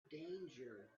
danger